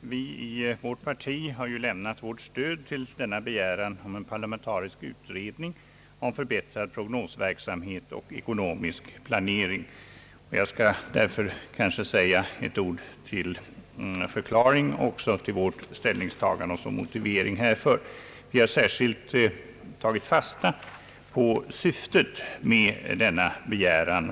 Vi i vårt parti har lämnat vårt stöd till denna begäran om en parlamentarisk utredning om förbättrad prognosverksamhet och ekonomisk planering. Jag skall därför säga några ord som förklaring och motivering till vårt ställningstagande. Vi har särskilt tagit fasta på syftet med denna utredning.